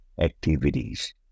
activities